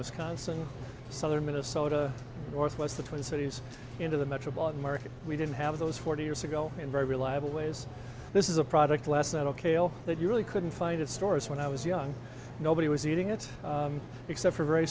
wisconsin southern minnesota northwest the twin cities into the metropolitan market we didn't have those forty years ago in very reliable ways this is a product less than ok all that you really couldn't find at stores when i was young nobody was eating it except for very